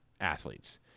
athletes